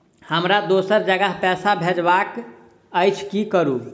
हमरा दोसर जगह पैसा भेजबाक अछि की करू?